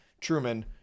Truman